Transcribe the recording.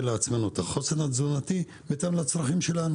לעצמנו את החוסן התזונתי בהתאם לצרכים שלנו,